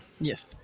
Yes